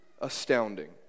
astounding